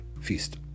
feast